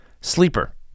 sleeper